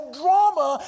drama